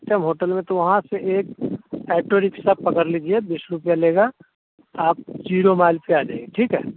सत्यम hotel में तो वहाँ से एक एटो रिक्सा पकड़ लीजिए बीस रुपये लेगा आप जीरो माइल पर आ जाइए ठीक है